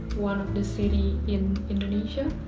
one of the city in indonesia.